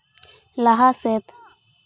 ᱞᱟᱦᱟ ᱥᱮᱫ